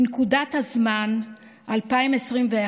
בנקודת הזמן 2021,